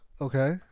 Okay